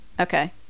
Okay